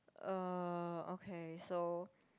uh okay so